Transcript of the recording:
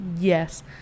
yes